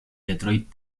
detroit